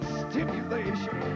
stimulation